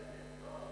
לא.